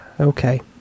Okay